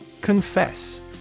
Confess